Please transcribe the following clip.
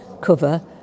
cover